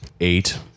eight